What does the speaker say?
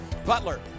Butler